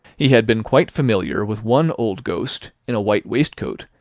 he had been quite familiar with one old ghost, in a white waistcoat,